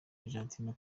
argentina